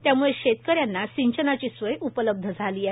त्याम्ळं शेतकऱ्यांना सिंचनाची सोय उपलब्ध झाली आहे